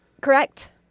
Correct